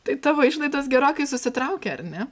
tai tavo išlaidos gerokai susitraukė ar ne